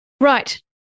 Right